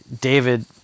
David